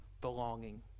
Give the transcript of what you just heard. belonging